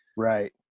Right